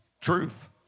Truth